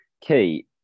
Key